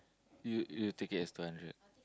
you you take it as two hundred